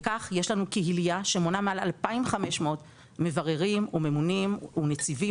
וכך יש לנו קהיליה שמונה מעל 2,500 מבררים וממונים ונציבים